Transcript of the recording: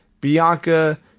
Bianca